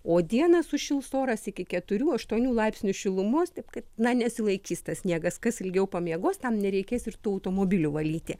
o dieną sušils oras iki keturių aštuonių laipsnių šilumos taip kaip na nesilaikys tas sniegas kas ilgiau pamiegos tam nereikės ir tų automobilių valyti